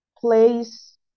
place